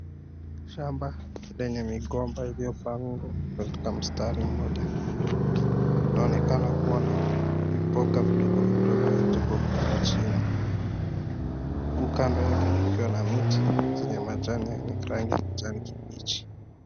Shamba lenye migomba iliyopangwa kwenye mistari mmoja. Inaonekana kuwa na mboga vidogo vidogo vilivyopandwa chini, huku kando yake kukiwa na miti yenye majani ya kijani kibichi.